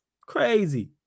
crazy